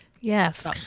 Yes